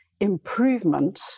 improvement